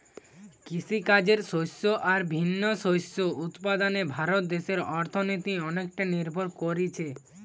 কৃষিকাজের শস্য আর বিভিন্ন শস্য উৎপাদনে ভারত দেশের অর্থনীতি অনেকটা নির্ভর কোরছে